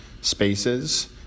spaces